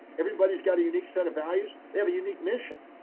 everybody's got a unique set of values. they have a unique mission,